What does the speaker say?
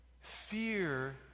Fear